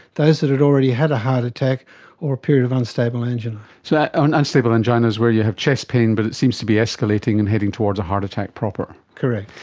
those who had already had a heart attack or a period of unstable angina. so and unstable angina is where you have chest pain but it seems to be escalating and heading towards a heart attack proper. correct.